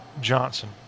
Johnson